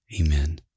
Amen